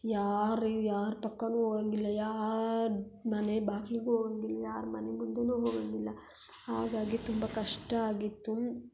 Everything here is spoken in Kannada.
ಯಾರೂ ಯಾರ ಪಕ್ಕವೂ ಹೋಗಂಗಿಲ್ಲ ಯಾರ ಮನೆ ಬಾಗ್ಲಿಗೂ ಹೋಗೋಂಗಿಲ್ಲ ಯಾರ ಮನೆ ಮುಂದೆಯೂ ಹೋಗೋಂಗಿಲ್ಲ ಹಾಗಾಗಿ ತುಂಬ ಕಷ್ಟ ಆಗಿತ್ತು